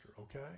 okay